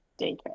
daycare